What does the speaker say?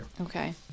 okay